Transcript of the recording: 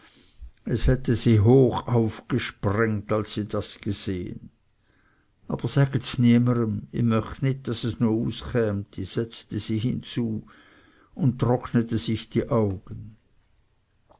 es hätte sie hoch aufgesprengt als sie das gesehen aber sägits daheim niemere ih möcht nit daß es no uschämti setzte sie hinzu und trocknete sich die augen